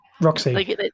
Roxy